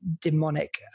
demonic